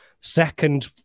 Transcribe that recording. Second